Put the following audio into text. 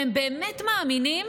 והם באמת מאמינים